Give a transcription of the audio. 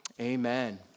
amen